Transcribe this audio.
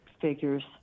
Figures